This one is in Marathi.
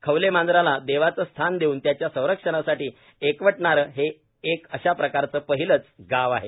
खवलेमांजराला देवाचं स्थान देऊन त्याच्या संरक्षणासाठी एकवटणारं हे अशा प्रकारचं पहिलंच गाव आहे